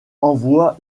envoie